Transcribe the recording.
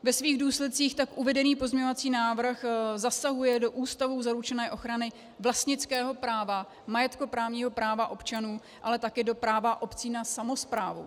Ve svých důsledcích tak uvedený pozměňovací návrh zasahuje do Ústavou zaručené ochrany vlastnického práva, majetkoprávního právu občanů, ale také do práva obcí na samosprávu.